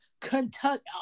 Kentucky